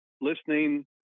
listening